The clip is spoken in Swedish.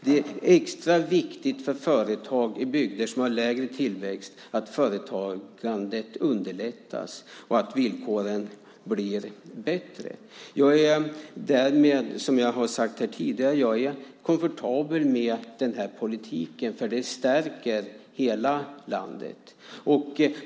Det är extra viktigt för företag i bygder som har lägre tillväxt att företagandet underlättas och att villkoren blir bättre. Som jag sagt tidigare är jag komfortabel med den här politiken, för den stärker hela landet.